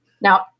Now